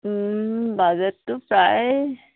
বাজেটটো প্ৰায়